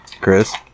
Chris